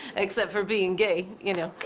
except for being gay, you know.